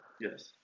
yes